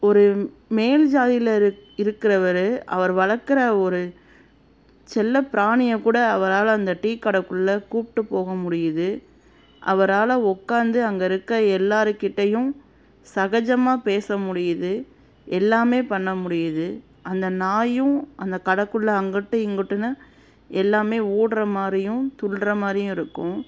ஒரு மேல் ஜாதியில் இருக் இருக்கிறவரு அவர் வளர்க்குற ஒரு செல்லப் பிராணியைக்கூட அவரால் அந்த டீக்கடக்குள்ளே கூப்பிட்டுப் போக முடியுது அவரால் உக்காந்து அங்கே இருக்க எல்லாேருகிட்டையும் சகஜமாக பேச முடியுது எல்லாமே பண்ண முடியுது அந்த நாயும் அந்தக் கடைக்குள்ள அங்கிட்டும் இங்கிட்டுன்னு எல்லாமே ஓடுற மாதிரியும் துள்ளுற மாதிரியும் இருக்கும்